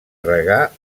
regar